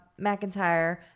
McIntyre